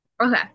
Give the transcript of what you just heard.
Okay